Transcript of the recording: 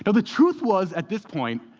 so the truth was, at this point,